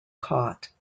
caught